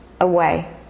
away